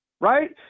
right